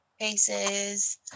paces